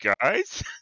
guys